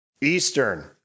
Eastern